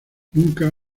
nunca